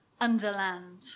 Underland